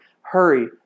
hurry